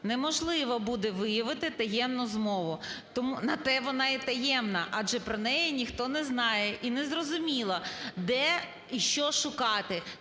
Неможливо буде виявити таємну змову. На те вона і таємна, адже про неї ніхто не знає, і незрозуміло, де і що шукати,